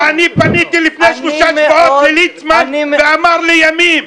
אני פניתי לפני שלושה שבועות לליצמן ואמר לי ימים.